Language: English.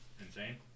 Insane